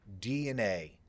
DNA